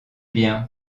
bien